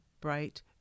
bright